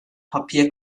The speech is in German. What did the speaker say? papier